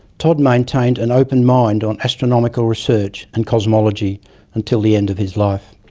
todd maintained an open mind on astronomical research and cosmology until the end of his life.